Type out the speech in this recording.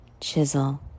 chisel